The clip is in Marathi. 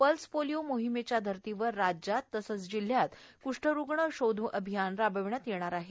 पल्स पोलियो मोहिमेच्या धर्तीवर राज्यात तसेच जिल्हयात कुष्ठरूग्ण शोध अभियान राबविण्यात येणार आहे